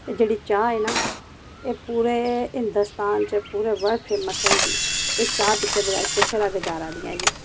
एह् जेह्ड़ी चाह् ऐ ना एह् पूरे हिंदोस्तान च पूरे ना फेमस होई दी ते चाह् पीते बगैर कुसै दा गजारा निं ऐ